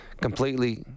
completely